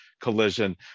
Collision